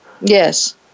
Yes